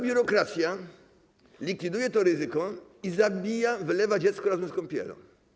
Biurokracja likwiduje to ryzyko i zabija... wylewa dziecko z kąpielą.